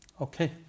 Okay